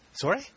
Sorry